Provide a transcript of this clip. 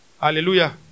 Hallelujah